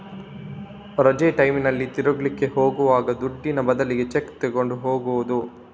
ರಜೆ ಟೈಮಿನಲ್ಲಿ ತಿರುಗ್ಲಿಕ್ಕೆ ಹೋಗುವಾಗ ದುಡ್ಡಿನ ಬದ್ಲಿಗೆ ಚೆಕ್ಕು ತಗೊಂಡು ಹೋಗುದು